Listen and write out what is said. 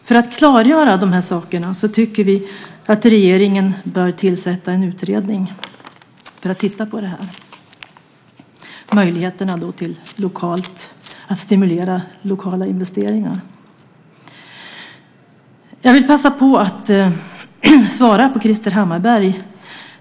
För att klargöra de sakerna bör regeringen tillsätta en utredning för att titta på möjligheterna att stimulera lokala investeringar. Jag vill passa på att ge ett svar till Krister Hammarbergh.